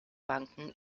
banken